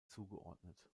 zugeordnet